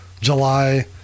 July